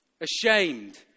ashamed